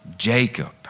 Jacob